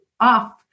off